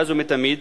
מאז ומתמיד,